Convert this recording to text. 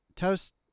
Toast